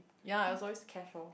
ya it was always cash loh